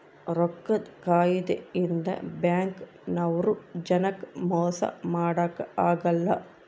ರೊಕ್ಕದ್ ಕಾಯಿದೆ ಇಂದ ಬ್ಯಾಂಕ್ ನವ್ರು ಜನಕ್ ಮೊಸ ಮಾಡಕ ಅಗಲ್ಲ